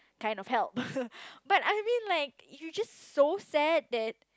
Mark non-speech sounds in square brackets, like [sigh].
kind of help [laughs] but I mean like you just so sad that